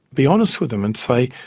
be honest with them and say,